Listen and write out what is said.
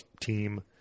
team